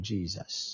Jesus